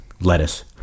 lettuce